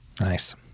Nice